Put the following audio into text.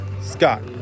Scott